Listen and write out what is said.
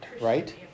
right